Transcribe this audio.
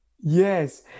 Yes